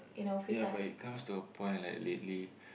ya but it comes to a point like lately